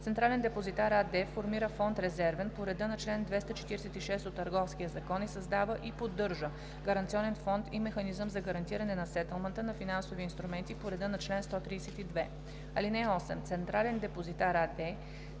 „Централен депозитар“ АД формира фонд „Резервен“ по реда на чл. 246 от Търговския закон и създава и поддържа гаранционен фонд и механизъм за гарантиране на сетълмента на финансови инструменти по реда на чл. 132. (8) „Централен депозитар“ АД